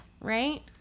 Right